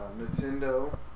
Nintendo